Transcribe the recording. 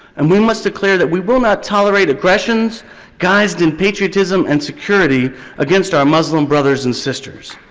and we must declare that we will not tolerate aggressions guised in patriotism and security against our muslim brothers and sisters.